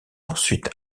ensuite